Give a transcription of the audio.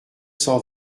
cent